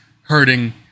hurting